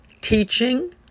teaching